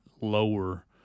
lower